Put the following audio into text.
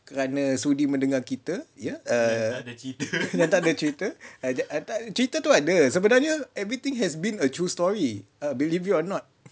kerana sudi mendengar kita err dah tak ada cerita cerita tu ada sebenarnya everything has been a true story believe it or not